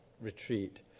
retreat